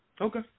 Okay